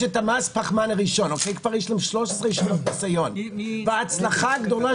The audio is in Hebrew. יש להם כבר 13 שנות ניסיון וההצלחה הגדולה